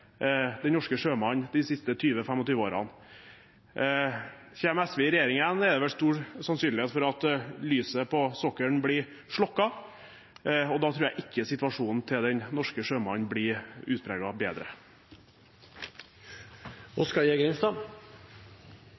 den norske sjømann de siste 20–25 årene. Kommer SV i regjering igjen, er det stor sannsynlighet for at lyset på sokkelen blir slokket, og da tror jeg ikke situasjonen til den norske sjømann blir utpreget bedre.